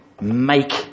make